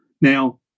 Now